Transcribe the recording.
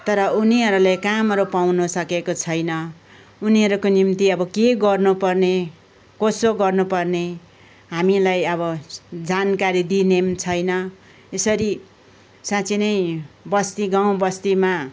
तर उनीहरूलाई कामहरू पाउँन सकेको छैन उनीहरूको निम्ति अब के गर्नु पर्ने कसो गर्नु पर्ने हामीलाई अब जानकारी दिने पनि छैन यसरी साँच्चि नै बस्ती गाउँ बस्तीमा